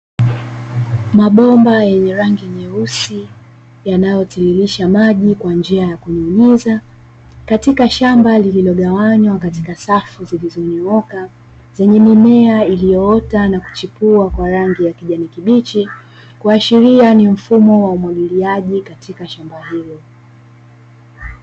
Mabomba yenye rangi nyeusi yanayotiririsha maji kwa njia ya kunyunyiza katika shamba lililogawanywa katika safu zilizonyooka, zenye mimea iliyoota na kuchipua kwa rangi ya kijani kibichi, kuashiria ni mfumo wa umwagiliaji katika shamba hilo.